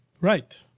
Right